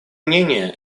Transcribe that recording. мнение